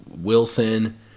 Wilson